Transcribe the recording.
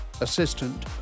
Assistant